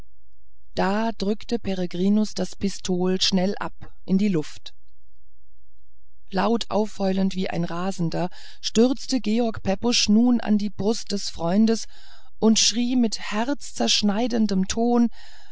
da drückte peregrinus das pistol schnell ab in die luft laut aufheulend wie ein rasender stürzte george pepusch nun an die brust des freundes und schrie mit herzzerschneidendem ton